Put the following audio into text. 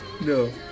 No